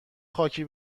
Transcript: خاکی